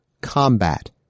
combat